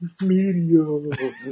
Media